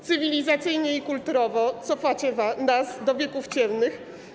Cywilizacyjnie i kulturowo cofacie nas do wieków ciemnych.